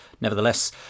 Nevertheless